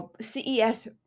CES